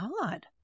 God